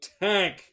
tank